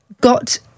got